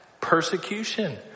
persecution